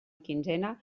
quinzena